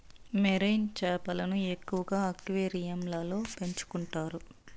marine చేపలను ఎక్కువగా అక్వేరియంలలో పెంచుకుంటారు